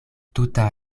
tuta